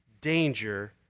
danger